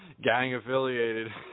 gang-affiliated